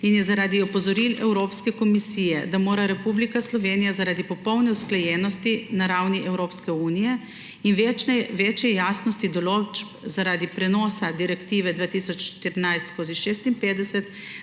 in je zaradi opozoril Evropske komisije, da mora Republika Slovenija zaradi popolne usklajenosti na ravni Evropske unije in večje javnosti določb zaradi prenosa Direktive 2014/56